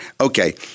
Okay